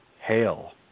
hail